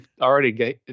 already